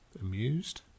amused